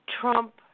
Trump